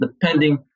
depending